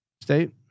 State